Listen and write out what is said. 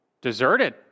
deserted